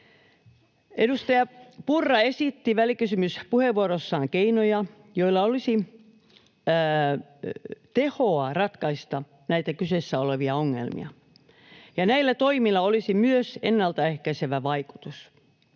Edustaja Purra esitti välikysymyspuheenvuorossaan keinoja, joilla olisi tehoa ratkaista näitä kyseessä olevia ongelmia, ja näillä toimilla olisi myös ennaltaehkäisevä vaikutus.